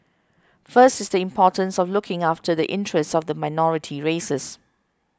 first is the importance of looking after the interest of the minority races